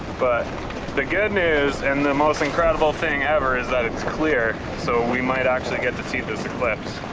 but the good news and the most incredible thing ever is that it's clear so we might actually get to see this eclipse.